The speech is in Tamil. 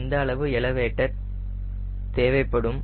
எந்த அளவு எலவேட்டர் தேவைப்படும்